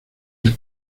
del